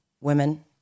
women